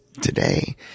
Today